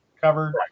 covered